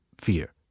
fear